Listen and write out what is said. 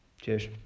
Cheers